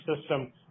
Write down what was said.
system